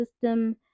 system